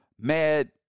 Mad